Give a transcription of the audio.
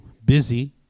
busy